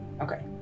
Okay